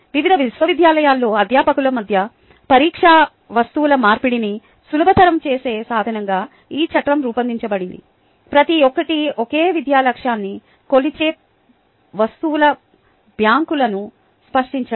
వివిధ విశ్వవిద్యాలయాలలో అధ్యాపకుల మధ్య పరీక్షా వస్తువుల మార్పిడిని సులభతరం చేసే సాధనంగా ఈ చట్రం రూపొందించబడింది ప్రతి ఒక్కటి ఒకే విద్యా లక్ష్యాన్ని కొలిచే వస్తువుల బ్యాంకులను సృష్టించడం